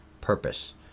purpose